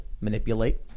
manipulate